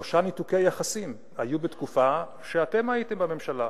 שלושה ניתוקי יחסים היו בתקופה שאתם הייתם בממשלה,